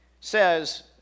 says